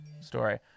story